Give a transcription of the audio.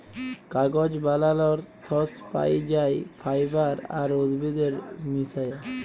কাগজ বালালর সর্স পাই যাই ফাইবার আর উদ্ভিদের মিশায়া